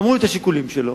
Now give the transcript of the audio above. אמרו לי את השיקולים שלו,